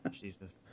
Jesus